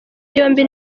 yombi